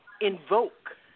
Invoke